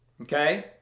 Okay